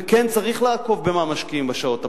וכן צריך לעקוב במה משקיעים בשעות הפרטניות.